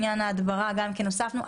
אני מבקשת,